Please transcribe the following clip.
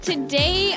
Today